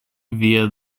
via